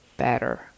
better